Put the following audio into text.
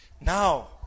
Now